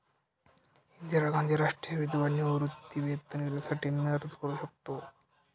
इंदिरा गांधी राष्ट्रीय विधवा निवृत्तीवेतन योजनेसाठी मी अर्ज करू शकतो?